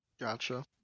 Gotcha